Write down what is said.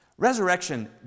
Resurrection